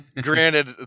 granted